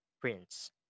Prince